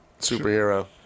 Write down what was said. superhero